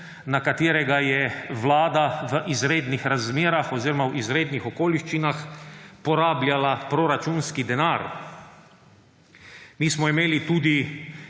na katerega je Vlada v izrednih razmerah oziroma izrednih okoliščinah porabljala proračunski denar. Mi smo imeli tudi